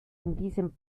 diesem